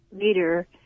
later